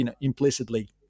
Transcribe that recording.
implicitly